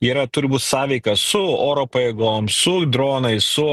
yra turi būt sąveika su oro pajėgom su dronais su